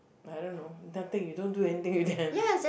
I don't know nothing you don't do anything with them